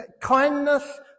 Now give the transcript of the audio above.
kindness